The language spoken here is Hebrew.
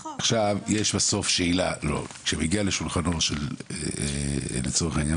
כמדינה, אנחנו עושים טעות טרגית בעניין